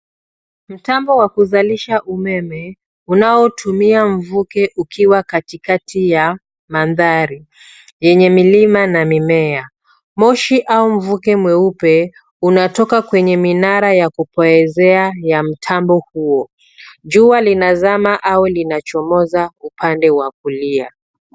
Mtambo wa kuzalisha umeme unaotumia mvuke ukiwa katikati ya mandhari yenye milima na mimea. Moshi au mvuke mweupe unatoka kwenye minara ya kupoezea ya mtambo huo. Jua linazama au linachomoza upande wa kulia.